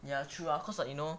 ya true ah cause like you know